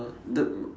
that